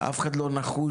אף אחד לא נחוש,